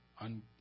on